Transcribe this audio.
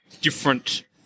different